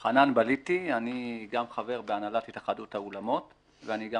אני חבר בהנהלת התאחדות האולמות ואני גם